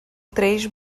três